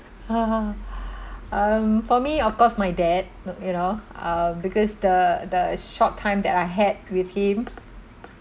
um for me of course my dad l~ you know uh because the the short time that I had with him